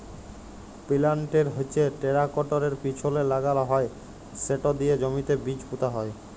পিলান্টের হচ্যে টেরাকটরের পিছলে লাগাল হয় সেট দিয়ে জমিতে বীজ পুঁতা হয়